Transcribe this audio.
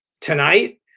tonight